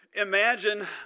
Imagine